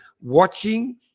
watching